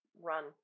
run